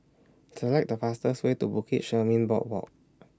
Select The fastest Way to Bukit Chermin Boardwalk